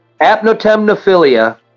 Apnotemnophilia